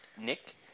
Nick